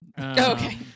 Okay